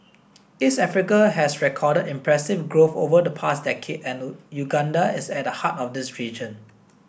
East Africa has recorded impressive growth over the past decade and Uganda is at the heart of this region